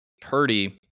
Purdy